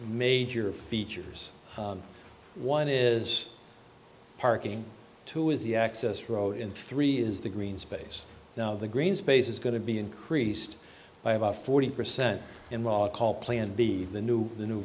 major features one is parking two is the access road and three is the green space now the green space is going to be increased by about forty percent in law call plan b the new the new